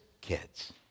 kids